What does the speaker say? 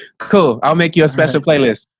cool, i'll make your special playlist.